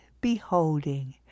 beholding